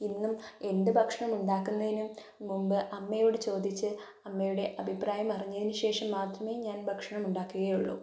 ഇന്നും എന്തുഭക്ഷണം ഉണ്ടാക്കുന്നതിനും മുമ്പ് അമ്മയോടു ചോദിച്ച് അമ്മയുടെ അഭിപ്രായം അറിഞ്ഞതിനു ശേഷം മാത്രമേ ഞാൻ ഭക്ഷണം ഉണ്ടാക്കുകയുള്ളൂ